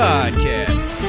Podcast